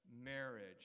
marriage